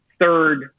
third